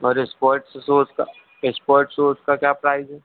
और sports shoes का sport shoes का क्या प्राइज़ है